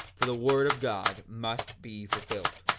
for the word of god must be fulfilled.